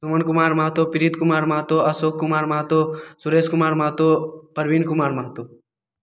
Suman Kumar Mahto Preet Kumar Mahto Ashok Kumar Mahto Suresh Kumar Mahto Parveen Kumar Mahto